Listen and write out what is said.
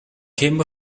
came